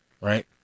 right